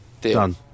done